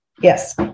Yes